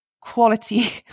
quality